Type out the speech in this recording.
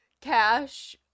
Cash